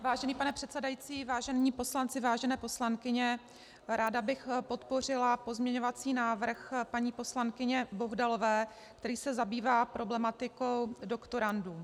Vážený pane předsedající, vážení poslanci, vážené poslankyně, ráda bych podpořila pozměňovací návrh paní poslankyně Bohdalové, který se zabývá problematikou doktorandů.